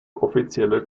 offizielle